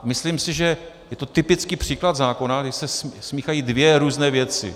Myslím si, že je to typický příklad zákona, kdy se smíchají dvě různé věci.